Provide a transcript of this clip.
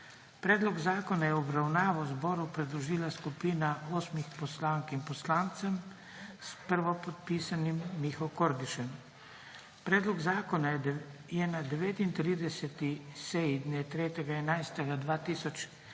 Predlog zakona je v obravnavo Državnemu zboru predložila skupina osmih poslank in poslancev s prvopodpisanim Miho Kordišem. Predlog zakona je na 39. seji dne 3. 11. 2021